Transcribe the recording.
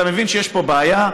אתה מבין שיש פה בעיה.